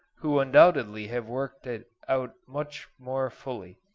who undoubtedly have worked it out much more fully,